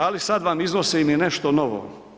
Ali sada vam iznosim i nešto novo.